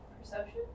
perception